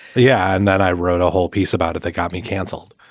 yeah. and that i wrote a whole piece about it that got me cancelled